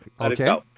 Okay